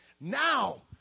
Now